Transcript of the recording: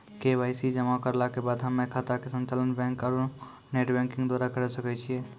KYC जमा करला के बाद हम्मय खाता के संचालन बैक आरू नेटबैंकिंग द्वारा करे सकय छियै?